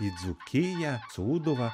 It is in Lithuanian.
į dzūkiją sūduvą